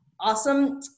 awesome